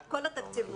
כל התקציב הוצא.